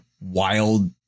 wild